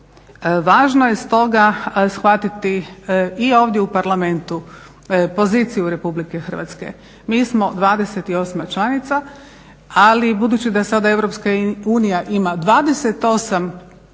Važno je stoga shvatiti i ovdje u Parlamentu poziciju RH. Mi smo 28. članica, ali budući da sada EU ima 28 država